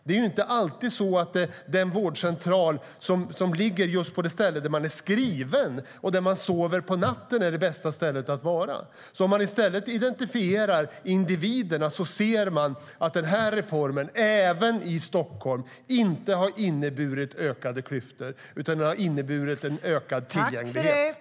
Det är inte alltid så att den vårdcentral som ligger på det ställe där man är skriven och där man sover på natten är det bästa stället att vara på. Om man i stället identifierar individerna ser man att den här reformen, även i Stockholm, inte har inneburit ökade klyftor utan har inneburit ökad tillgänglighet.